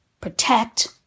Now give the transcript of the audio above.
protect